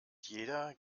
jeder